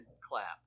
clap